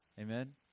Amen